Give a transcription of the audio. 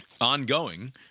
ongoing